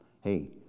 Hey